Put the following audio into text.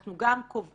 אנחנו גם קובעים